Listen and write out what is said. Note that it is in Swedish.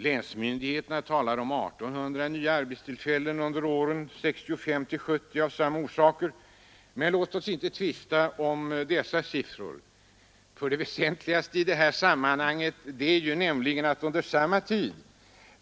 Länsmyndigheterna talar om 1800 nya arbetstillfällen av samma orsaker under åren 1965—1970, men låt oss inte tvista om de siffrorna. Det väsentliga i sammanhanget är att under samma tid